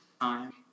time